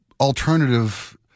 alternative